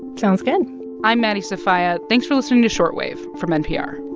sounds good i'm maddie sofia. thanks for listening to short wave from npr